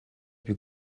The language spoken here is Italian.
più